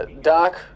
Doc